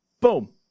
boom